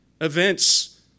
events